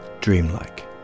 Dreamlike